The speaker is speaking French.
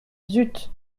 zut